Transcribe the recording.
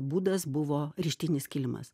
būdas buvo rištinis kilimas